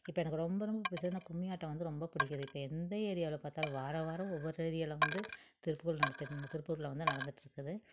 இப்போ எனக்கு ரொம்ப ரொம்ப பிடிச்சதுனா கும்மியாட்டம் வந்து ரொம்ப பிடிக்குது இப்போ எந்த ஏரியாவில் பார்த்தாலும் வார வாரம் ஒவ்வொரு ஏரியாவில வந்து திருப்பூர் நடத்தி திருப்பூர்ல வந்து நடந்துகிட்ருக்குது